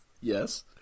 Yes